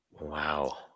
Wow